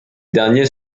derniers